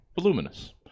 Voluminous